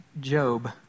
Job